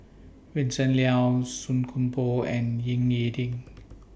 Vincent Leow Song Koon Poh and Ying E Ding